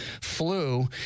flu